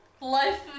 Life